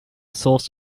source